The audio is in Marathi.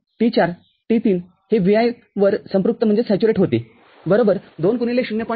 T ४ T३ जेVi वर संतृप्त होते २ x ०